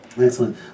Excellent